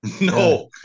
No